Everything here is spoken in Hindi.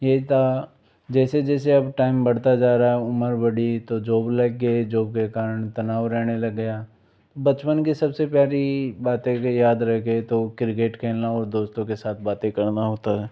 ये था जैसे जैसे अब टाइम बढ़ता जा रहा उम्र बढ़ी तो जॉब लग गई जॉब के कारण तनाव रहने लग गया बचपन की सबसे प्यारी बातें अगर याद रखे तो क्रिकेट खेलना और दोस्तों के साथ बातें करना होता है